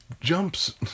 jumps